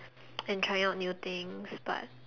and trying out new things but